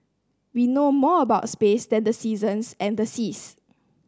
we know more about space than the seasons and the seas